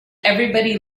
everybody